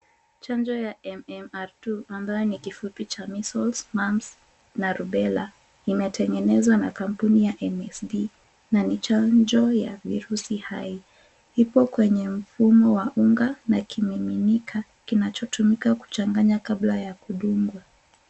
Chanjo ya MMR two ambayo ni kifushi cha Measles, Mumps na Rubella , imetengenezwa na kampuni ya MSD na ni chanjo ya virusi hai. Ipo kwenye mfumo wa unga na kimiminika kinachotumika kuchanganya kabla ya kudungwa.